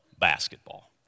basketball